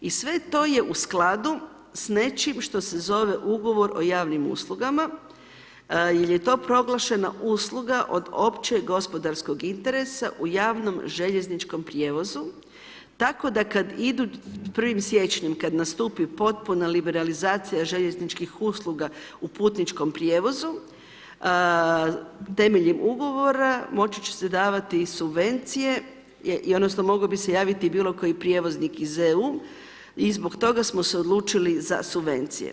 I sve to je u skladu s nečim što se zove ugovor o javnim uslugama jer je to proglašena usluga općeg gospodarskog interesa u javnom željezničkom prijevozu tako da kad idu 1. siječnja, kad nastupi potpuna liberalizacija željezničkih usluga u putničkom prijevozu, temeljem ugovora, moći će se davati i subvencije odnosno moglo bi se javiti i bilokoji prijevoznik iz EU i zbog toga smo se odlučili za subvencije.